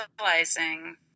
realizing